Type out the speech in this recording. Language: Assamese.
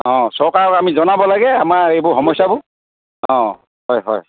অ' চৰকাৰক আমি জনাব লাগে আমাৰ এইবোৰ সমস্যাবোৰ অ' হয় হয়